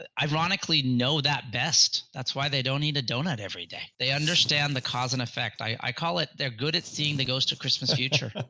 ironically know that best. that's why they don't eat a donut every day. they understand the cause and effect. i call it they're good at seeing the ghost of christmas future. but